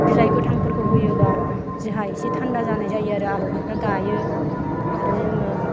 बिलाइ गोथांफोरखौ होयोबा जोंहा एसे थान्दा जानाय जायो आरो आलौनायफ्रा गायो आरो जोङो